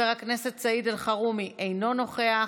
חבר הכנסת סעיד אלחרומי, אינו נוכח,